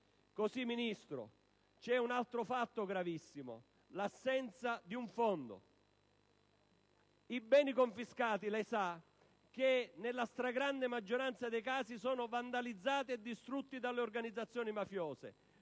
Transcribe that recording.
Così, Ministro, vi è un altro fatto gravissimo: l'assenza di un fondo. I beni confiscati, come lei sa, nella stragrande maggioranza dei casi sono vandalizzati e distrutti dalle organizzazioni mafiose.